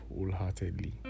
wholeheartedly